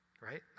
right